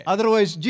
Otherwise